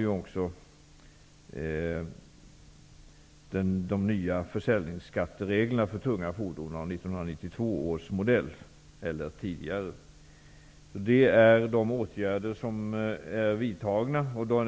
ju också de nya försäljningsskattereglerna för tunga fordon av 1992 Det är de åtgärder som är vidtagna.